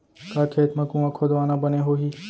का खेत मा कुंआ खोदवाना बने होही?